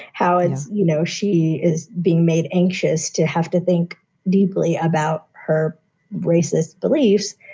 how is you know, she is being made anxious to have to think deeply about her racist beliefs.